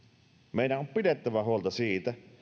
meidän on pidettävä huolta siitä